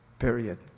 period